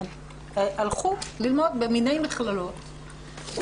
הלכו ללמוד במיני מכללות,